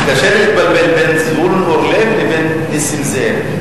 קשה לי להתבלבל בין זבולון אורלב לבין נסים זאב.